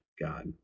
God